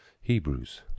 Hebrews